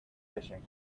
fishing